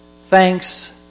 thanks